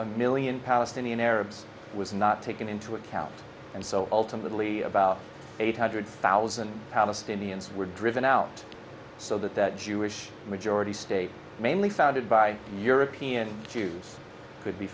a million palestinian arabs was not taken into account and so ultimately about eight hundred thousand palestinians were driven out so that that jewish majority state mainly founded by european jews could be